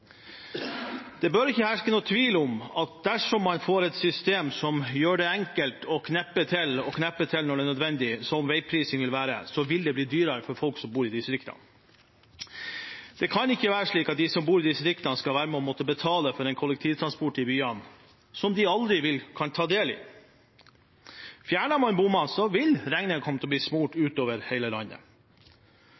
Det bør ikke herske noen tvil om at dersom man får et system som gjør det enkelt å kneppe til når det er nødvendig, som veiprising vil være, vil det bli dyrere for folk som bor i distriktene. Det kan ikke være slik at de som bor i distriktene, skal være med og måtte betale for en kollektivtransport i byene som de aldri kan ta del i. Fjerner man bommene, vil